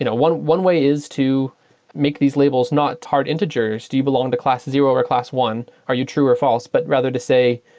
you know one one way is to make these labels not hard integers. do you belong to class zero or class i? are you true or false? but rather to say,